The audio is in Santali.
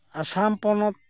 ᱟᱥᱟᱢ ᱯᱚᱱᱚᱛ